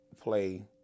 play